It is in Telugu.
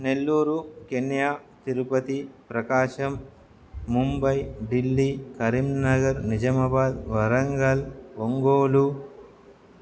నెల్లూరు కెన్యా తిరుపతి ప్రకాశం ముంబై ఢిల్లీ కరీంనగర్ నిజామాబాద్ వరంగల్ ఒంగోలు